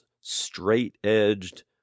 straight-edged